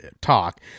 talk